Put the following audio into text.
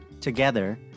Together